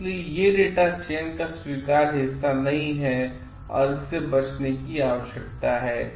इसलिए ये डेटा चयन का स्वीकार्य हिस्सा नहीं हैं और इससे बचने की आवश्यकता है